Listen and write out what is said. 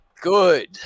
Good